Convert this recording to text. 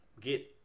get